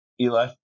Eli